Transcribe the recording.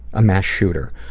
ah mass shooters.